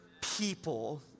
people